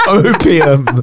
opium